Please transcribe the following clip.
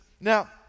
Now